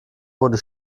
wurde